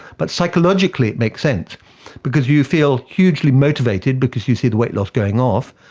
but psychologically it makes sense because you feel hugely motivated because you see the weight loss going off.